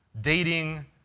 dating